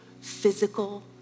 physical